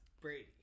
Brady